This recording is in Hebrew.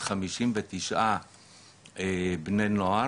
859 בני נוער,